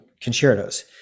concertos